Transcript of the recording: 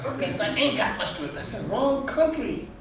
pizza ain't got much to it, i said wrong country,